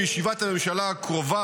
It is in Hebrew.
בישיבת הממשלה הקרובה,